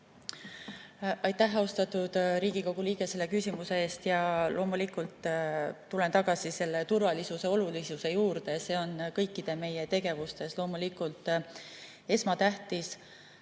Aitäh, austatud Riigikogu liige, selle küsimuse eest! Tulen tagasi turvalisuse olulisuse juurde. See on kõikides meie tegevustes loomulikult esmatähtis.